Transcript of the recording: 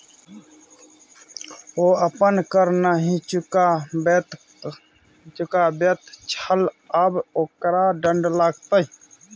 ओ अपन कर नहि चुकाबैत छल आब ओकरा दण्ड लागतै